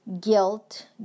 guilt